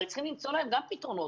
הרי צריכים למצוא להן גם פתרונות.